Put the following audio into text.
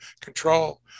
Control